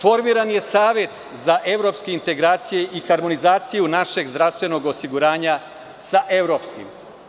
Formiran je Savet za evropske integracije i harmonizaciju našeg zdravstvenog osiguranja sa evropskim.